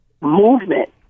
movement